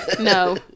No